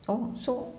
oh so